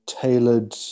tailored